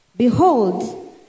Behold